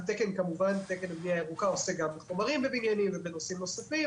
התקן עוסק גם בחומרים בבניינים ובנושאים נוספים.